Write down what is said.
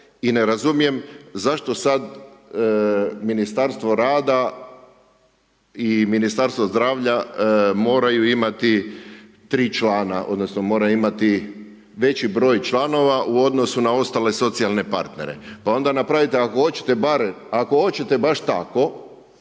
i ne razumijem zašto sada Ministarstvo rada i Ministarstvo zdravlja moraju imati tri člana odnosno moraju imati veći broj članova u odnosu na ostale socijalne partnere. Pa onda napravite ako hoćete bar ako